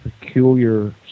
peculiar